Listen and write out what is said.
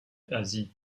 asie